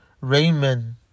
Raymond